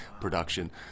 production